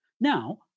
Now